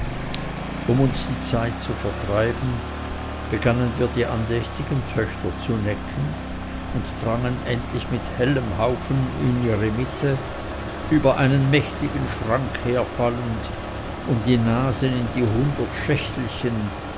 um uns die zeit zu vertreiben begannen wir die andächtigen töchter zu necken und drangen endlich mit hellem haufen in ihre mitte über einen mächtigen schrank herfallend um die nasen in die hundert schächtelchen